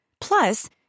Plus